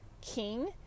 King